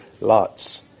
lots